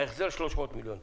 ההחזר 300 מיליון דולר.